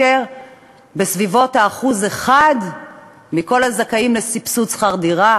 ובסביבות 1% מכל הזכאים לסבסוד שכר דירה